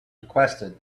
requested